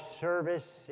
service